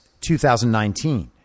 2019